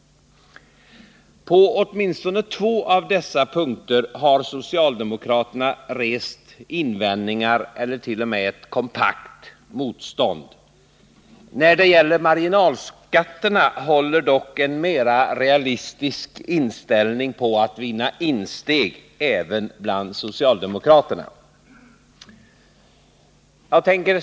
På åtminstone två av dessa tre punkter har socialdemokraterna rest invändningar eller t.o.m. ett kompakt motstånd. När det gäller marginalskatterna håller dock en mer realistisk inställning på att vinna insteg även bland socialdemokraterna.